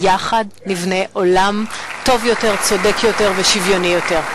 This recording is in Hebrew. יחד נבנה עולם טוב יותר, צודק יותר ושוויוני יותר.